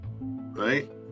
right